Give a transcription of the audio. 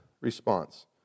response